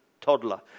toddler